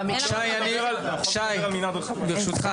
ברגע